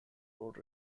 road